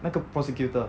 那个 prosecutor